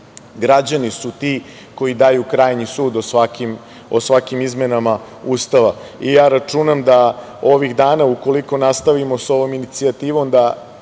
su ti koji daju krajnji sud o svakim izmenama Ustava i ja računam da ovih dana, ukoliko nastavimo sa ovom inicijativom da